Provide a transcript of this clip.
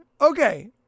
okay